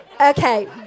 Okay